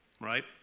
right